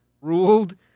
ruled